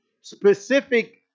specific